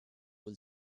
will